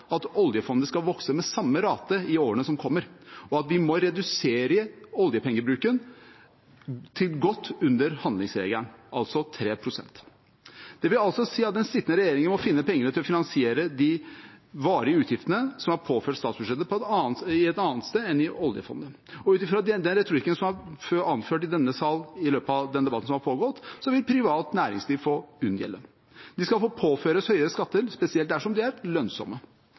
at oljefondet skal vokse med samme rate i årene som kommer, og at vi må redusere oljepengebruken til godt under handlingsregelen, altså 3 pst. Det vil altså si at den sittende regjeringen må finne pengene til å finansiere de varige utgiftene som er påført statsbudsjettet, et annet sted enn i oljefondet. Og ut fra den retorikken som er anført i denne sal i løpet av den debatten som nå er pågått, vil privat næringsliv få unngjelde. De skal påføres høye skatter, spesielt dersom de er lønnsomme.